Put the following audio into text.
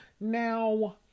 Now